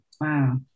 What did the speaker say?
Wow